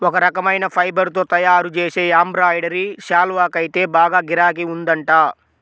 ఒక రకమైన ఫైబర్ తో తయ్యారుజేసే ఎంబ్రాయిడరీ శాల్వాకైతే బాగా గిరాకీ ఉందంట